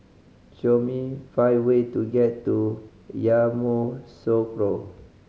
show me five way to get to Yamoussoukro